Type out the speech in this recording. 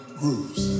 grooves